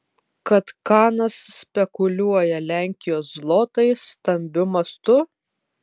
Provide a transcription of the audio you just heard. kad kanas spekuliuoja lenkijos zlotais stambiu mastu